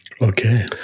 okay